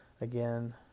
again